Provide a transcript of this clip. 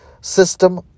system